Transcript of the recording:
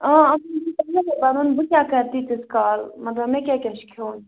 اۭں بہٕ کیٛاہ کَرٕ تیٖتِس کال مطلب مےٚ کیٛاہ کیٛاہ چھُ کھیوٚن